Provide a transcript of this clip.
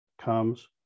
comes